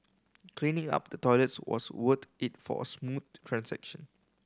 cleaning up the toilet was worth it for a smooth transaction